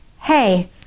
hey